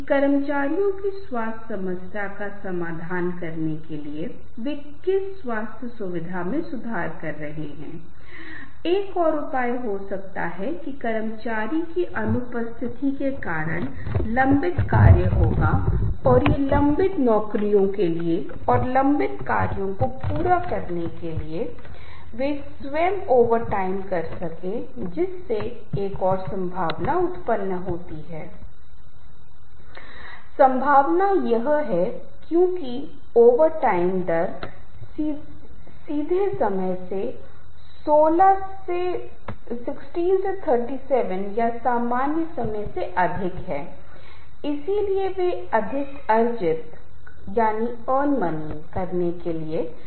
I said miles and miles above my head so here upon my back I will lie and look my fill into the sky and so I looked and after all the sky was not so very tall and sky I said must somewhere stop and sure enough I see the top and sky I thought is not so grand I almost could touch it with my hand and reaching उप my hand to try I screamed to feel it I screamed and lo infinity came down and settle over me forced back my scream into my chest bent back my arm upon my breast and pressing of the undefined the definition of my mind I said miles and miles above my head So here upon my back I will lie and look my fill into the sky and so I looked and after all the sky was not so very tall the sky I said must somewhere stop and sure enough I see the top the sky I thought is not so grand I almost could touch it with my hand and reaching up my hand to try I screamed to feel it touch the sky I screamed and low infinity came down and settled over me forced back my scream into my chest bent back my arm upon my breast and pressing of the undefined the definition of my mind